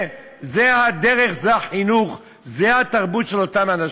זו הדרך, זה החינוך, זו התרבות של אותם אנשים.